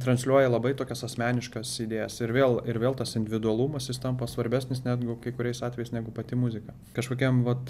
transliuoja labai tokias asmeniškas idėjas ir vėl ir vėl tas individualumas jis tampa svarbesnis netgu kai kuriais atvejais negu pati muzika kažkokiam vat